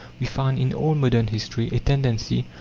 we find in all modern history a tendency,